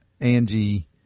Angie